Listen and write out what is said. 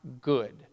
good